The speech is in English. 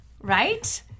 Right